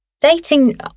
dating